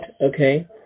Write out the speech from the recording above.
okay